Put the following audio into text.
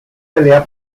pelea